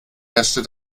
herrschte